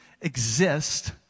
exist